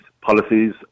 policies